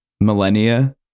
millennia